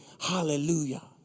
Hallelujah